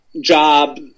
job